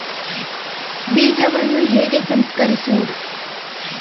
ಬೀಜವನ್ನು ಹೇಗೆ ಸಂಸ್ಕರಿಸುವುದು?